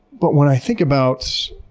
but when i think about